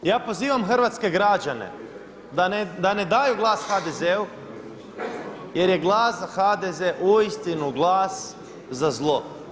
Ja pozivam hrvatske građane da ne daju glas HDZ-u jer je glas za HDZ uistinu glas za zlo.